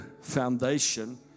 foundation